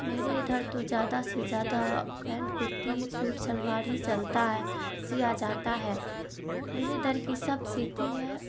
میرے ادھر تو زیادہ سے زیادہ پینٹ کرتی سوٹ شلوار ہی چلتا ہے سیا جاتا ہے میرے ادھر کی سب سیتی ہے